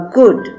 good